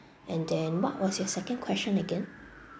and then what was your second question again